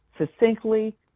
succinctly